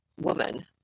woman